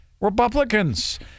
Republicans